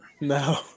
No